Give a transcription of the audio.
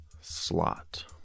slot